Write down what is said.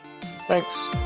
Thanks